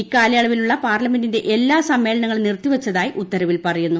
ഇക്കാലയളവിലുള്ള പാർലമെന്റിന്റെ എല്ലാ സമ്മേളനങ്ങളും നിർത്തിവച്ചതായി ഉത്തരവിൽ പറയുന്നു